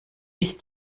ist